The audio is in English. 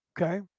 okay